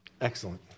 Excellent